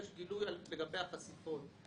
יש גילוי לגבי החשיפות,